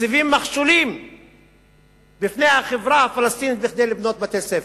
מציבים מכשולים בפני החברה הפלסטינית בדרך לבנות בתי-ספר.